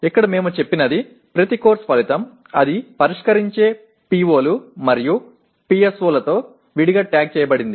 ఇక్కడ మేము చెప్పినది ప్రతి కోర్సు ఫలితం అది పరిష్కరించే PO లు మరియు PSO లతో విడిగా ట్యాగ్ చేయబడింది